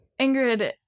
Ingrid